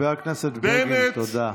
תודה.